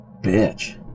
bitch